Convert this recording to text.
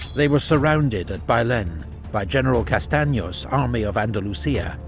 they were surrounded at bailen by general castanos's army of andalusia,